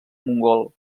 mongol